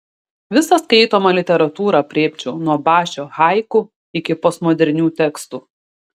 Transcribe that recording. visą skaitomą literatūrą aprėpčiau nuo bašio haiku iki postmodernių tekstų